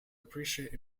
appreciate